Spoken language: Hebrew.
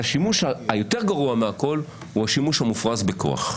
השימוש היותר גרוע מהכול הוא השימוש המופרז בכוח.